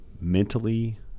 mentally